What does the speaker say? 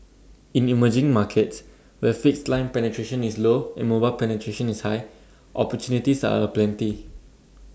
in emerging markets where fixed line penetration is low and mobile penetration is high opportunities are aplenty